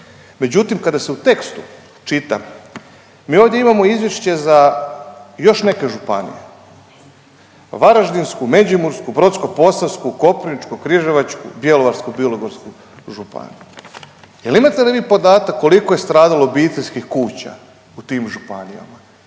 Međutim, kada se u tekstu čita mi ovdje imamo izvješće za još neke županije Varaždinsku, Međimursku, Brodsko-posavsku, Koprivničko-križevačku, Bjelovarsko-bilogorsku županiju. Jel' imate li vi podatak koliko je stradalo obiteljskih kuća u tim županijama?